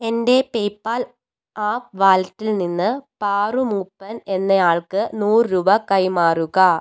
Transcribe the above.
എൻ്റെ PayPal app വാലറ്റിൽ നിന്ന് പാറു മൂപ്പൻ എന്നയാൾക്ക് നൂറ് രൂപ കൈമാറുക